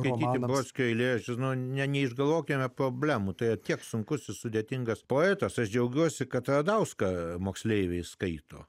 romanovos gailėjo žino ne neišgalvokime problemų tai tiek sunkus sudėtingas poetas aš džiaugiuosi kad radauską moksleiviai skaito